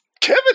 Kevin